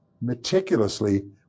meticulously